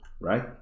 right